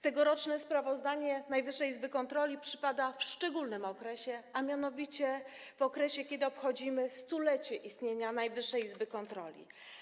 Tegoroczne sprawozdanie Najwyższej Izby Kontroli przypada w szczególnym okresie, a mianowicie w okresie, kiedy obchodzimy stulecie istnienia Najwyższej Izby Kontroli.